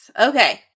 Okay